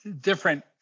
different